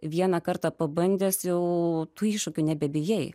vieną kartą pabandęs jau tų iššūkių nebebijai